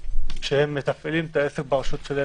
שהם מתפעלים את העסק ברשות שלהם?